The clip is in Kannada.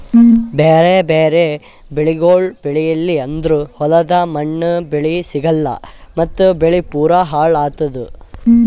ಬ್ಯಾರೆ ಬ್ಯಾರೆ ಬೆಳಿಗೊಳ್ ಬೆಳೀಲಿಲ್ಲ ಅಂದುರ್ ಹೊಲದ ಮಣ್ಣ, ಬೆಳಿ ಸಿಗಲ್ಲಾ ಮತ್ತ್ ಬೆಳಿ ಪೂರಾ ಹಾಳ್ ಆತ್ತುದ್